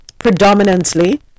predominantly